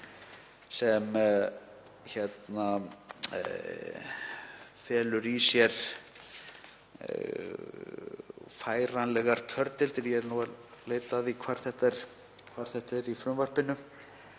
sem felur í sér færanlegar kjördeildir — ég er nú að leita að því hvar þetta er í frumvarpinu.